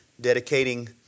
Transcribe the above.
dedicating